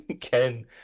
Ken